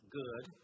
good